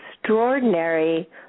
extraordinary